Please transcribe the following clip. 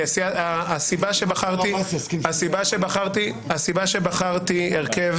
הסיבה שבחרתי הרכב